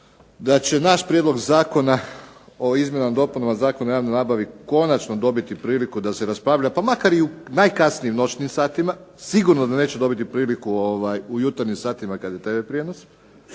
da će naš Prijedlog zakona o izmjenama i dopunama Zakona o javnoj nabavi konačno dobiti priliku da se raspravlja pa makar i u najkasnijim noćnim satima. Sigurno da neće dobiti priliku u jutarnjim satima kad je TV prijenos,